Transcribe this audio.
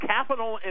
Capital